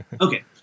Okay